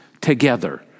together